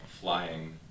flying